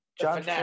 John